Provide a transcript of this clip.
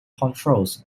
controls